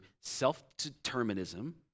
self-determinism